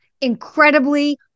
Incredibly